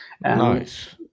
Nice